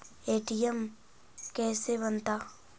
ATM कैसे बनता?